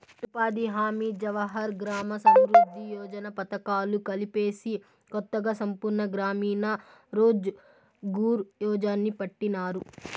ఉపాధి హామీ జవహర్ గ్రామ సమృద్ది యోజన పథకాలు కలిపేసి కొత్తగా సంపూర్ణ గ్రామీణ రోజ్ ఘార్ యోజన్ని పెట్టినారు